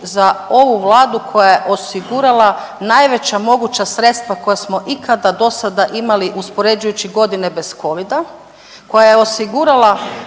za ovu Vladu koja je osigurala najveća moguća sredstva koja smo ikada do sada imali uspoređujući godine bez covida, koja je osigurala